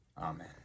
Amen